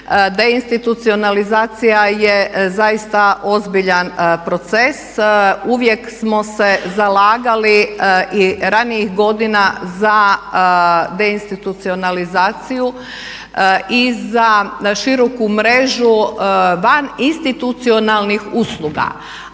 deinstitucionalizacija je zaista ozbiljan proces. Uvijek smo se zalagali i ranijih godina za deinstitucionalizaciju i za široku mrežu van institucionalnih usluga.